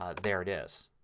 ah there it is.